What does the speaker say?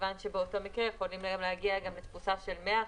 מכיוון שבאותו מקרה יכולים היום להגיע לתפוסה של 100%,